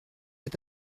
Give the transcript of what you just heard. est